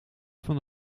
van